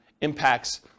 impacts